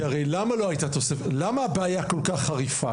כי הרי למה הבעיה כל כך חריפה?